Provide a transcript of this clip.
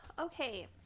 Okay